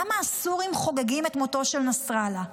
למה הסורים חוגגים את מותו של נסראללה?